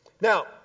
Now